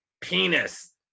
penis